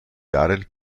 jahren